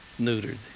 neutered